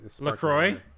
LaCroix